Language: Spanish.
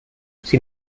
sin